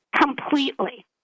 completely